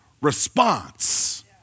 response